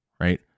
Right